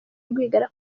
rwigara